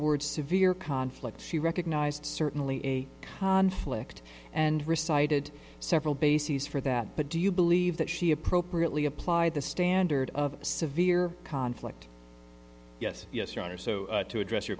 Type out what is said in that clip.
word severe conflict she recognized certainly a conflict and recited several bases for that but do you believe that she appropriately applied the standard of severe conflict yes yes your honor so to address your